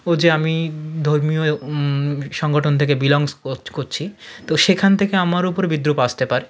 ও যে আমি ধর্মীয় সংগঠন থেকে বিলংস করছি তো সেখান থেকে আমার ওপর বিদ্রুপ আসতে পারে